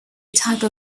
type